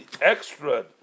extra